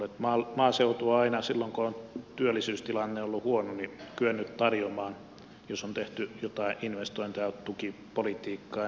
maaseutu on aina silloin kun on työllisyystilanne ollut huono kyennyt tarjoamaan jos on tehty jotain investointeja tukipolitiikkaa työpaikkoja ihmisille